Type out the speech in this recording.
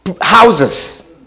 houses